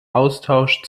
austausch